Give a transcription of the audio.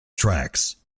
tracks